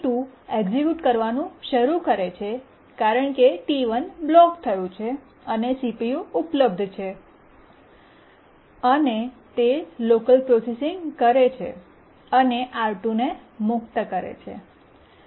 T2 execute કરવાનું શરૂ કરે છે કારણ કે T 1 બ્લોક થયું છે અને CPU ઉપલબ્ધ થાય છે અને તે લોકલ પ્રોસેસીંગ કરે છે અને R2 ને મુક્ત કરે છે